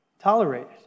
tolerated